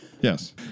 Yes